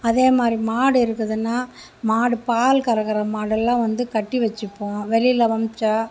அதே மாதிரி மாடு இருக்குதுன்னா மாடு பால் கரக்குற மாடெல்லாம் வந்து கட்டி வச்சுப்போம் வெளியில வந்துச்சா